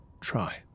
Try